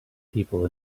people